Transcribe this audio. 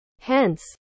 Hence